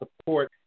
support